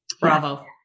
Bravo